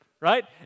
Right